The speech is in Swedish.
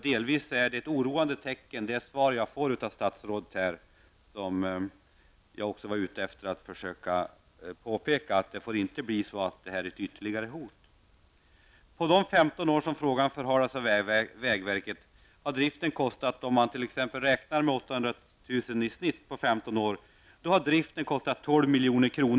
Det ett oroande tecken i det svar jag fick av statsrådet. Jag har försökt påpeka att det här inte får bli ett ytterligare hot. På de 15 år som frågan har förhalats av vägverket har driften kostat, om man t.ex. räknar med 800 000 kr. i snitt på 15 år, 12 miljoner.